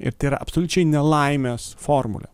ir tai yra absoliučiai ne laimės formulė